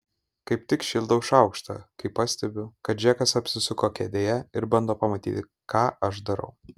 kaip tik šildau šaukštą kai pastebiu kad džekas apsisuko kėdėje ir bando pamatyti ką aš darau